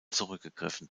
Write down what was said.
zurückgegriffen